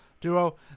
Duo